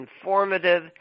informative